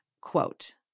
quote